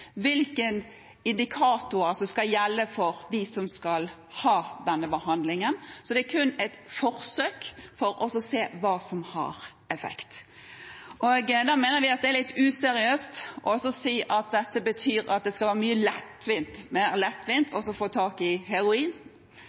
indikatorer som skal gjelde for dem som skal få denne behandlingen. Så det er kun et forsøk for å se hva som har effekt. Vi mener at det er litt useriøst å si at dette betyr at det skal være lettvint å få tak i heroin.